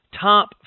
top